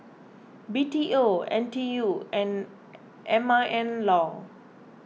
B T O N T U and M I N Law